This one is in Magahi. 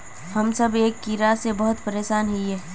हम सब की कीड़ा से बहुत परेशान हिये?